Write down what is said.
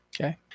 Okay